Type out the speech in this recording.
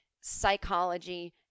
psychology